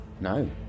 No